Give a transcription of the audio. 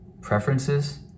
preferences